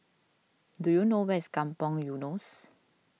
do you know where is Kampong Eunos